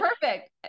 perfect